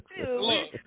look